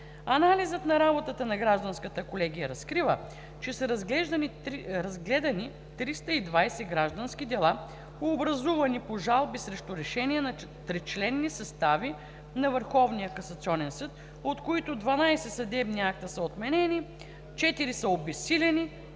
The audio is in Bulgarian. Анализът на работата на Гражданската колегия разкрива, че са разгледани 320 граждански дела, образувани по жалби срещу решения на тричленни състави на Върховния касационен съд, от които 12 съдебни акта са отменени, четири са обезсилени